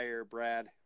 brad